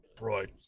Right